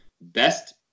best